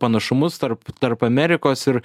panašumus tarp tarp amerikos ir